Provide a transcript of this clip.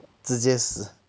直接死